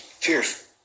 Cheers